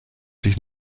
sich